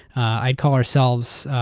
i'd call ourselves